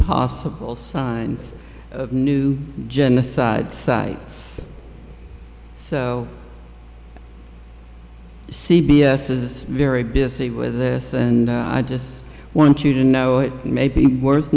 possible signs of new genocide sites so c b s is very busy with this and i just want you to know it may be worth